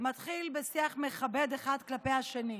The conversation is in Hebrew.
מתחיל בשיח מכבד אחד כלפי השני.